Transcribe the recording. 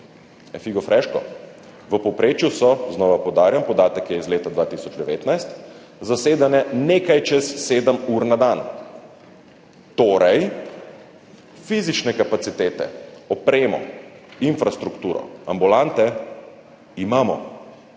Figo freško, v povprečju so, znova poudarjam, podatek je iz leta 2019, zasedene nekaj čez sedem ur na dan. Torej fizične kapacitete, opremo, infrastrukturo, ambulante imamo.